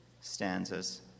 stanzas